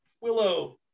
Willow